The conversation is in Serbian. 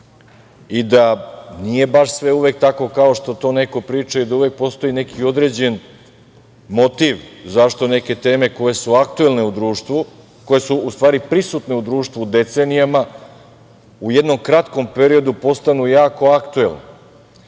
i da nije baš sve uvek tako kao što to neko priča i da uvek postoji neki određen motiv zašto neke teme koje su aktuelne u društvu, koje su u stvari prisutne u društvu decenijama, u jednom kratkom periodu postanu jako aktuelne. Evo,